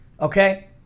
Okay